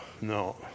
no